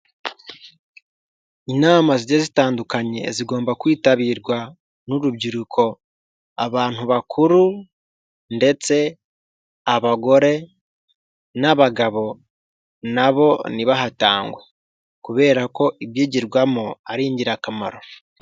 Inama zi zitandukanye zigomba kwitabirwa n'urubyiruko, abantu bakuru ndetse abagore n'abagabo nabo ntibahatangwe, kubera ko ibyigirwamo ari ingirakamaro.